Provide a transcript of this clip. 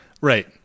Right